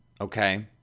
okay